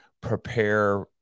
prepare